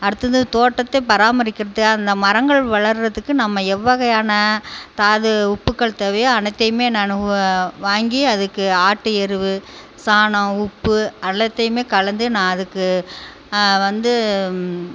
அடுத்தது தோட்டத்தை பராமரிக்கிறதுக்காக அந்த மரங்கள் வளர்றதுக்கு நம்ம எவ்வகையான தாது உப்புக்கள் தவிர அனைத்தையுமே நான் வாங்கி அதுக்கு ஆட்டு எரு சாணம் உப்பு அனைத்தையுமே கலந்து நான் அதுக்கு வந்து